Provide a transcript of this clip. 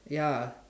ya